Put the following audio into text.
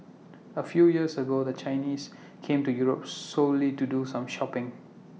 A few years ago the Chinese came to Europe solely to do some shopping